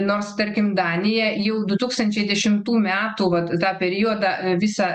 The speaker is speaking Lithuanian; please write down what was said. nors tarkim danija jau du tūkstančiai dešimtų metų vat tą periodą visą